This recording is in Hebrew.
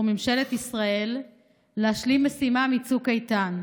ממשלת ישראל להשלים משימה מצוק איתן,